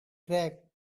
cracked